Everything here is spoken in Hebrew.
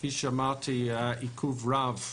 כפי שאמרתי היה עיכוב רב,